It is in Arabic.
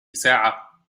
ساعة